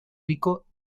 rico